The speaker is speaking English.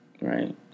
right